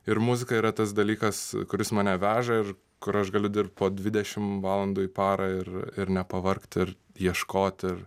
ir muzika yra tas dalykas kuris mane veža ir kur aš galiu dirbt po dvidešim valandų į parą ir ir nepavargt ir ieškot ir